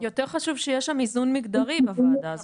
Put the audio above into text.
יותר חשוב שיהיה שם איזון מגדרי בוועדה הזאת.